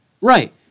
Right